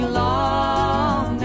long